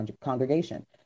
congregation